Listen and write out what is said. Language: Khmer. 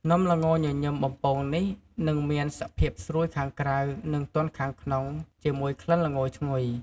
នំល្ងញញឹមបំពងនេះនឹងមានសភាពស្រួយខាងក្រៅ និងទន់ខាងក្នុង ជាមួយក្លិនល្ងឈ្ងុយ។